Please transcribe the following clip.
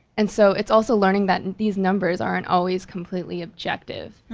and so, it's also learning that and these numbers aren't always completely objective,